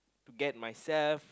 to get myself